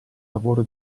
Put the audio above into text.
lavoro